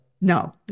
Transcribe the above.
No